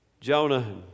Jonah